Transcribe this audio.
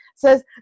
says